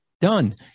Done